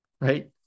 Right